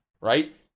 right